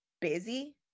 Busy